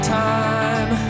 time